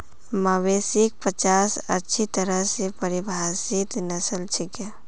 मवेशिक पचास अच्छी तरह स परिभाषित नस्ल छिके